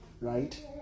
Right